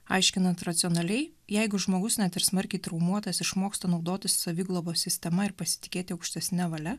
aiškinant racionaliai jeigu žmogus net ir smarkiai traumuotas išmoksta naudotis saviglobos sistema ir pasitikėti aukštesne valia